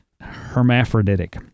hermaphroditic